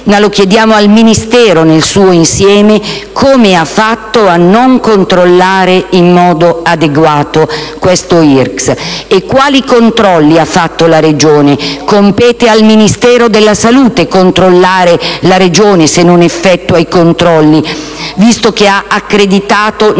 a lei e al suo Ministero nel suo insieme, come ha fatto a non controllare in modo adeguato questo IRRCS e quali controlli ha fatto la Regione. Compete al Ministero della salute controllare la Regione se non effettua i controlli, visto che non solo ha accreditato,